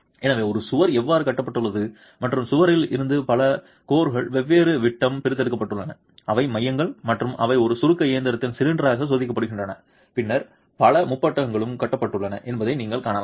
எனவே ஒரு சுவர் எவ்வாறு கட்டப்பட்டுள்ளது மற்றும் சுவரில் இருந்து பல கோர்கள் வெவ்வேறு விட்டம் பிரித்தெடுக்கப்பட்டுள்ளன அவை மையங்கள் மற்றும் அவை ஒரு சுருக்க இயந்திரத்தில் சிலிண்டராக சோதிக்கப்படுகின்றன பின்னர் பல முப்பட்டகளும் கட்டப்பட்டுள்ளன என்பதை நீங்கள் காணலாம்